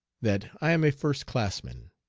that i am a first-classman.